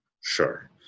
Sure